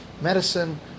medicine